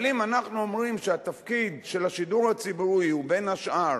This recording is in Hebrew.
אבל אם אנחנו אומרים שהתפקיד של השידור הציבורי הוא בין השאר